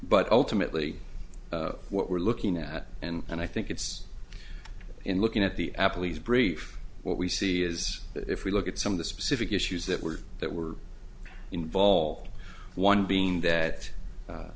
but ultimately what we're looking at and i think it's in looking at the apple e s brief what we see is that if we look at some of the specific issues that were that were involved one being that